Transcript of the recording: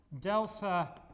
delta